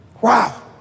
Wow